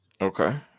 Okay